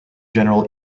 general